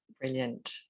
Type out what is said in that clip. Brilliant